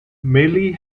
millie